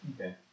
Okay